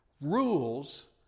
Rules